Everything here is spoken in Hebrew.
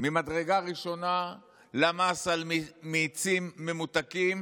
ממדרגה ראשונה למס על מיצים ממותקים,